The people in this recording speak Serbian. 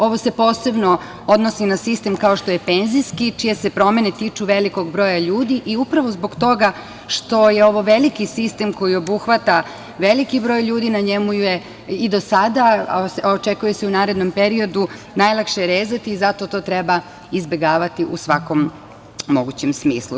Ovo se posebno odnosi na sistem kao što je penzijski čije se promene tiču velikog broja ljudi, i upravo zbog toga što je ovo veliki sistem koji obuhvata veliki broj ljudi i na njemu je i do sada, a očekuje se u narednom periodu, najlakše je rezati i zato to treba izbegavati u svakom mogućem smislu.